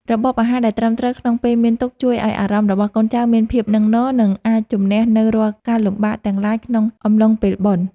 របបអាហារដែលត្រឹមត្រូវក្នុងពេលមានទុក្ខជួយឱ្យអារម្មណ៍របស់កូនចៅមានភាពនឹងនរ និង អាចជម្នះនូវរាល់ការលំបាកទាំងឡាយក្នុងអំឡុងពេលបុណ្យ។